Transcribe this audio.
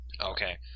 Okay